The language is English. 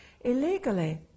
illegally